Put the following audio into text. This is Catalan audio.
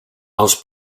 els